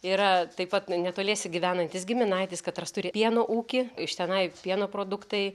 yra taip pat netoliese gyvenantis giminaitis katras turi pieno ūkį iš tenai pieno produktai